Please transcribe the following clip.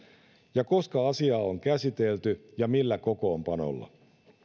ja koska asiaa on käsitelty ja millä kokoonpanoilla